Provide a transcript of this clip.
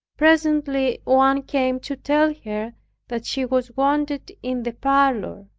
presently one came to tell her that she was wanted in the parlor.